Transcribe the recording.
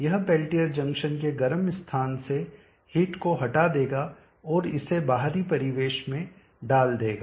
यह Peltier junction के गर्म स्थान से हीट को हटा देगा और इसे बाहरी परिवेश में डाल देगा